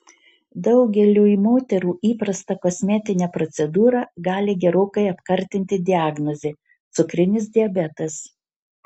daugeliui moterų įprastą kosmetinę procedūrą gali gerokai apkartinti diagnozė cukrinis diabetas